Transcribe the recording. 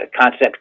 concept